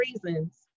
reasons